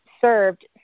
served